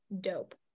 dope